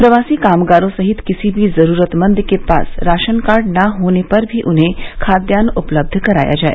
प्रवासी कामगारों सहित किसी भी जरूरतमंद के पास राशन कार्ड न होने पर भी उन्हें खाद्यान्न उपलब्ध कराया जाए